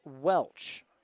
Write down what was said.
Welch